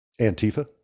Antifa